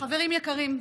חברים יקרים,